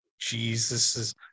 Jesus